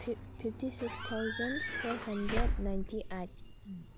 fifty six thousand four hundred ninety eight